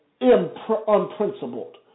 unprincipled